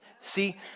See